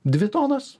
dvi tonas